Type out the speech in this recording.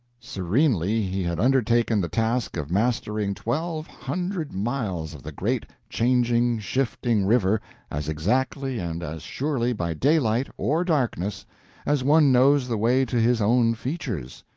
serenely he had undertaken the task of mastering twelve hundred miles of the great, changing, shifting river as exactly and as surely by daylight or darkness as one knows the way to his own features.